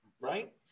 right